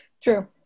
True